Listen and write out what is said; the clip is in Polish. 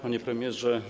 Panie Premierze!